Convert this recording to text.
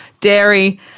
dairy